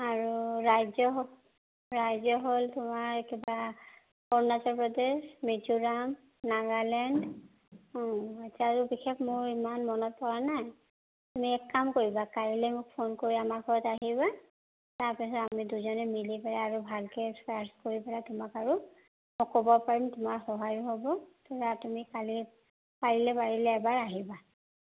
আৰু ৰাজ্য হ ৰাজ্য হ'ল তোমাৰ কিবা অৰুণাচল প্ৰদেশ মিজোৰাম নাগালেণ্ড আচ্ছা আৰু বিশেষ মোৰ ইমান মনত পৰা নাই তুমি এক কাম কৰিবা কাইলৈ মোক ফোন কৰি আমাৰ ঘৰত আহিবা তাৰপিছত আমি দুজনে মিলি পেলাই আৰু ভালকৈ চাৰ্চ কৰি পেলাই তোমাক আৰু ক'ব পাৰিম তোমাৰ সহায়ো হ'ব ধৰা তুমি কালি কালিলৈ পাৰিলে পাৰিলে এবাৰ আহিবা